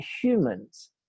humans